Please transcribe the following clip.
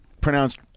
pronounced